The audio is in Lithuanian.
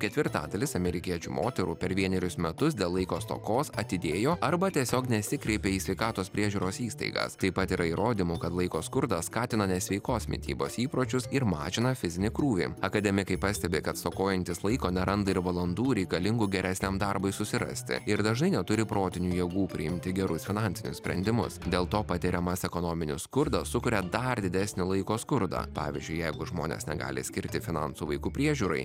ketvirtadalis amerikiečių moterų per vienerius metus dėl laiko stokos atidėjo arba tiesiog nesikreipė į sveikatos priežiūros įstaigas taip pat yra įrodymų kad laiko skurdas skatina nesveikos mitybos įpročius ir mažina fizinį krūvį akademikai pastebi kad stokojantys laiko neranda ir valandų reikalingų geresniam darbui susirasti ir dažnai neturi protinių jėgų priimti gerus finansinius sprendimus dėl to patiriamas ekonominis skurdas sukuria dar didesnį laiko skurdą pavyzdžiui jeigu žmonės negali skirti finansų vaikų priežiūrai